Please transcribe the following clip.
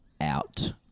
out